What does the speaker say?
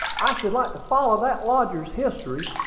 i should like to follow that lodger's history,